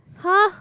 !huh!